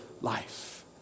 life